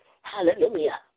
Hallelujah